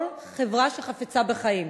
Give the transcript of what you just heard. הוא אחד מנכסי צאן ברזל של כל חברה שחפצה חיים,